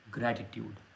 Gratitude